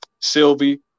sylvie